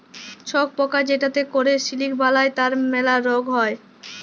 ছট পকা যেটতে ক্যরে সিলিক বালাই তার ম্যালা রগ হ্যয়